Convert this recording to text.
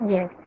Yes